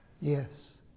yes